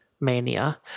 mania